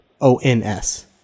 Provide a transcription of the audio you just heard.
O-N-S